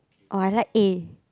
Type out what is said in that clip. or I like eh